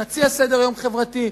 נציע סדר-יום חברתי.